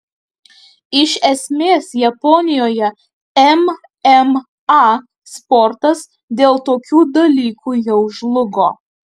iš esmės japonijoje mma sportas dėl tokių dalykų jau žlugo